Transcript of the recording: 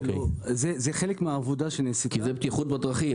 זה חלק מהעבודה --- כי זה בטיחות בדרכים.